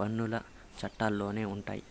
పన్నుల చట్టాల్లోనే ఉండాయి